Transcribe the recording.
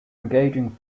engaging